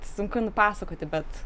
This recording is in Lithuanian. sunku nupasakoti bet